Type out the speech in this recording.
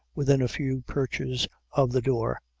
within a few perches of the door,